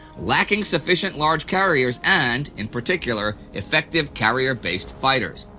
lacking sufficient large carriers and, in particular, effective carrier-based fighters.